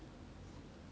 mm